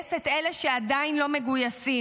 בלגייס את אלה שעדיין לא מגויסים?